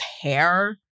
hair